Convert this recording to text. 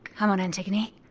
come on antigone.